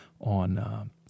on